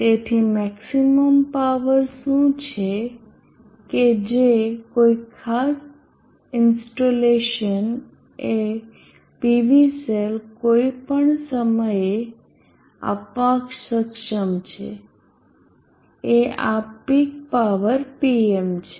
તેથી maximum power શું છે કે જે કોઈ ખાસ ઇન્સ્ટોલેશન એ PV સેલ કોઈપણ સમયે આપવા સક્ષમ છે એ આ પીક પાવર Pm છે